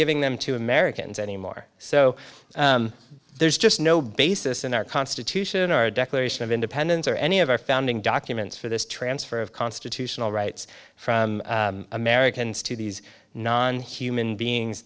giving them to americans anymore so there's just no basis in our constitution our declaration of independence or any of our founding documents for this transfer of constitutional rights from americans to these non human beings